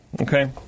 Okay